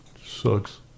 Sucks